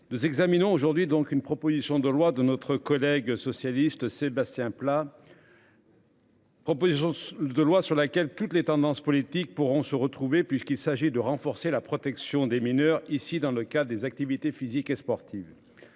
Nous examinons aujourd'hui donc une proposition de loi de notre collègue socialiste Sébastien Pla. Proposition de loi sur laquelle toutes les tendances politiques pourront se retrouver puisqu'il s'agit de renforcer la protection des mineurs. Ici, dans le cas des activités physiques et sportives.